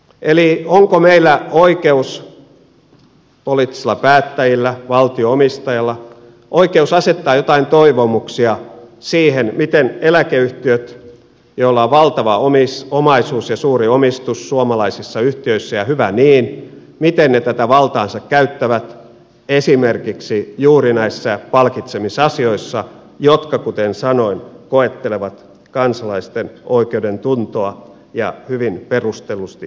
eli onko meillä poliittisilla päättäjillä valtio omistajalla oikeus asettaa jotain toivomuksia siitä miten eläkeyhtiöt joilla on valtava omaisuus ja suuri omistus suomalaisissa yhtiöissä ja hyvä niin tätä valtaansa käyttävät esimerkiksi juuri näissä palkitsemisasioissa jotka kuten sanoin koettelevat kansalaisten oikeudentuntoa ja hyvin perustellusti koettelevatkin